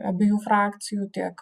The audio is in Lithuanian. abiejų frakcijų tiek